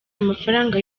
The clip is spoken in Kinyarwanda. amafaranga